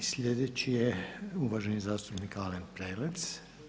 I sljedeći je uvaženi zastupnik Alen Prelec.